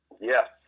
Yes